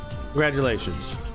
congratulations